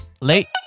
Late